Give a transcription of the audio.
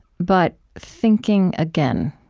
but thinking again